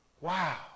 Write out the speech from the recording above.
Wow